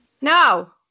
No